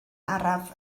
araf